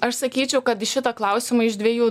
aš sakyčiau kad į šitą klausimą iš dviejų